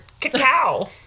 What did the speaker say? cacao